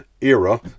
era